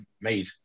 made